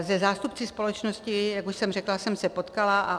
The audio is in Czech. Se zástupci společnosti, jak už jsem řekla, jsem se potkala.